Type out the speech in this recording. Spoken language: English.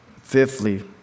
Fifthly